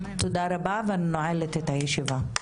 תודה רבה ואני נועלת את הישיבה.